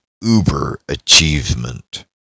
uber-achievement